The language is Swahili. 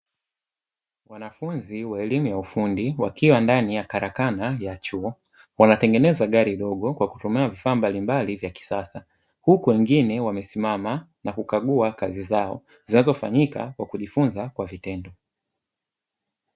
Wanafunzi wa elimu ya ufundi, wakiwa ndani ya karakana ya chuo, wanatengeneza gari dogo kwa kutumia vifaa mbalimbali vya kisasa, huku wengine wamesimama na kukagua kazi zao zinazofanyika kwa kujifunza kwa vitendo.